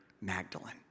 Magdalene